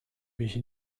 mich